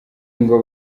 ngo